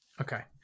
Okay